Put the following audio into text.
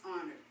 honored